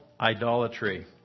idolatry